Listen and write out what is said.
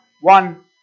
one